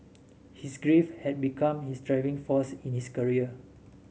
his grief had become his driving force in his career